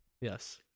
Yes